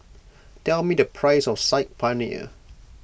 tell me the price of Saag Paneer